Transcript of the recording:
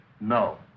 No